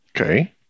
Okay